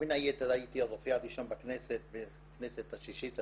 בין היתר הייתי הרופא הראשון בכנסת השישית והשביעית,